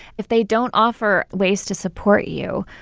if they don't offer ways to support you,